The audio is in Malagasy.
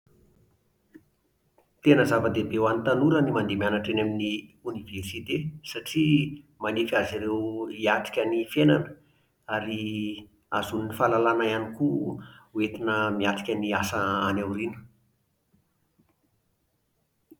Tena zavadehibe ho an'ny tanora ny mandeha mianatra eny amin'ny oniversite, satria manefy azy ireo hiatrika ny fiainana ary ahazoany ny fahalalana ihany koa ho entina miatrika ny asa any aoriana.